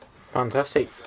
Fantastic